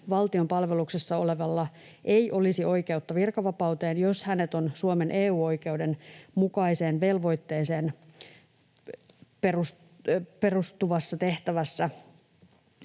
valtion palveluksessa olevalla ei olisi oikeutta virkavapauteen, jos hän on Suomen EU-oikeuden mukaiseen velvoitteeseen perustuvassa tehtävässä.